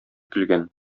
көлгән